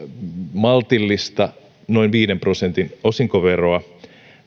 maltillista noin viiden prosentin osinkoveroa